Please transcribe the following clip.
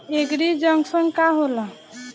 एगरी junction का होला?